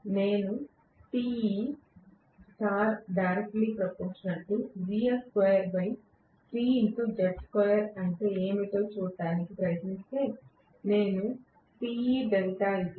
నేను అంటే ఏమిటో చూడటానికి ప్రయత్నిస్తే నేను పొందబోతున్నాను